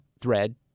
thread